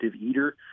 eater